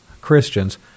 Christians